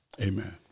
Amen